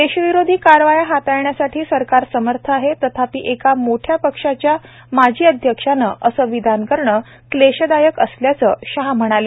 देशविरोधी कारवाया हाताळण्यासाठी सरकार समर्थ आहे तथापि एका मोठ्या पक्षाच्या माजी अध्याक्षाने असं विधान करणं क्लेशदायक असल्याचं शहा म्हणाले